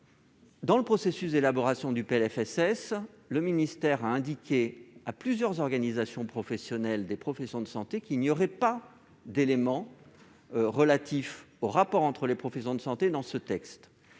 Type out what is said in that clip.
Durant le processus d'élaboration du PLFSS, le ministère a indiqué à plusieurs organisations professionnelles de la santé que le texte ne contiendrait aucun élément relatif aux rapports entre les professions de santé dans ce texte.